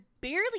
barely